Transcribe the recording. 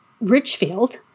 Richfield